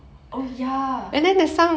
oh ya